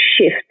shift